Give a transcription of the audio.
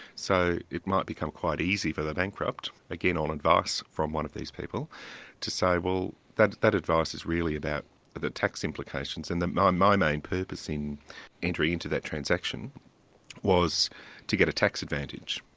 so it might become quite easy for the bankrupt again on advice from one of these people to say well that that advice is really about the tax implications and um my main purpose in entering into that transaction was to get a tax advantage.